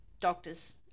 doctors